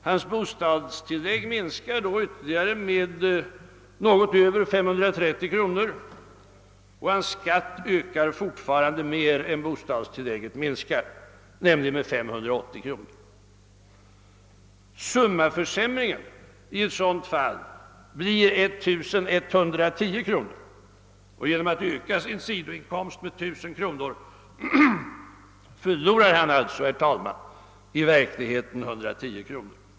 Hans bostadstillägg minskar då ytterligare med något över 530 kronor, och hans skatt ökar fortfarande mer än bostadstillägget minskar, nämligen med 580 kronor. Summaförsämringen i detta fall blir 1110 kronor. Genom att öka sin inkomst med 1000 kronor förlorar vederbörande alltså i verkligheten 110 kronor.